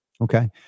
Okay